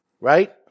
right